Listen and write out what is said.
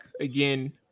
again